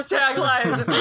tagline